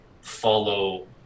follow